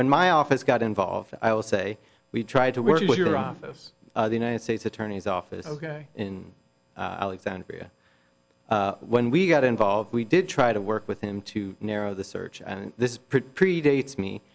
when my office got involved i will say we tried to work with your office the united states attorney's office ok in alexandria when we got involved we did try to work with him to narrow the search and this predates me